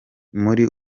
muri